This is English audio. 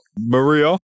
Maria